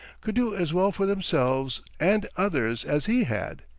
could do as well for themselves and others as he had.